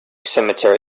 cemetery